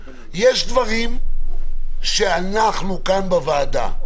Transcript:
יש דברים שאנחנו, כאן בוועדה,